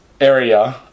area